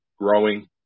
growing